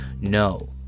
no